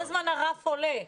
כל הזמן הרף עולה.